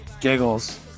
Giggles